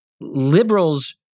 liberals